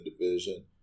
division